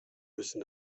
müssen